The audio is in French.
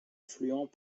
affluents